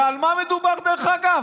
ועל מה מדובר, דרך אגב?